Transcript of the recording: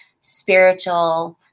spiritual